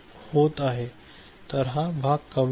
तर हा भाग कमी आहे